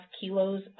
kilos